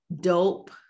dope